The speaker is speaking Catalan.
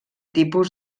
tipus